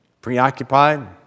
preoccupied